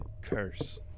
curse